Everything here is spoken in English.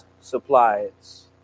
supplies